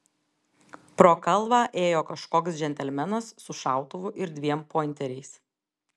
pro kalvą ėjo kažkoks džentelmenas su šautuvu ir dviem pointeriais